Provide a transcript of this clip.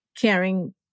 caring